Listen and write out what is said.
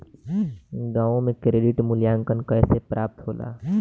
गांवों में क्रेडिट मूल्यांकन कैसे प्राप्त होला?